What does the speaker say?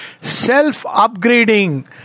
self-upgrading